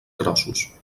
grossos